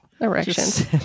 erections